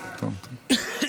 שטרן,